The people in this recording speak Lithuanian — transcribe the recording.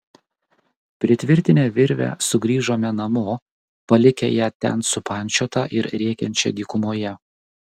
pritvirtinę virvę sugrįžome namo palikę ją ten supančiotą ir rėkiančią dykumoje